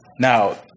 Now